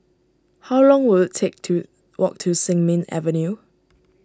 how long will it take to walk to Sin Ming Avenue